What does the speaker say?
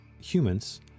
humans